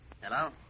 Hello